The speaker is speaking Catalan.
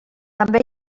també